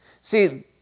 See